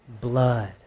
Blood